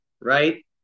Right